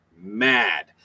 mad